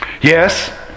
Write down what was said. Yes